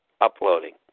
uploading